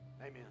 Amen